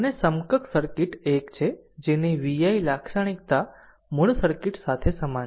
અને સમકક્ષ સર્કિટ એક છે જેની v i લાક્ષણિકતા મૂળ સર્કિટ સાથે સમાન છે